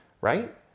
right